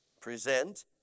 present